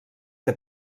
que